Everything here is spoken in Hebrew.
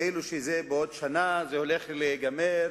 כאילו זה בעוד שנה הולך להיגמר,